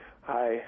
Hi